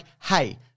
hey